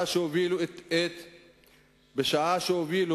בשעה שהובילו